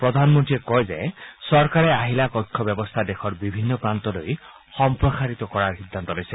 প্ৰধানমন্ত্ৰীয়ে কয় যে চৰকাৰে আহিলা কক্ষ ব্যৱস্থা দেশৰ বিভিন্ন প্ৰান্তলৈ সম্প্ৰসাৰিত কৰাৰ সিদ্ধান্ত লৈছে